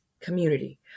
community